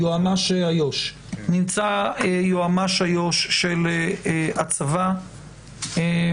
יועמ"ש איו"ש של הצבא,